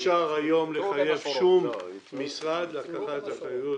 כי פשוט אין לנו סמכות ואין לנו מנגנון שיכול.